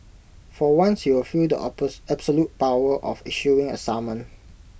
for once you'll feel the absolute power of issuing A summon